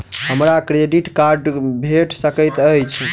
हमरा credit card भेट सकैत अछि?